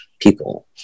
People